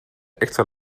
extra